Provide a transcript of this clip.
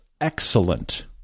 excellent